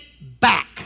back